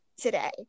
today